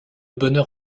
bonheur